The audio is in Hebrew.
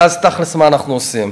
ואז תכל'ס מה אנחנו עושים.